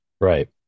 Right